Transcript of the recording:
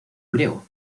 griego